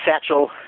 Satchel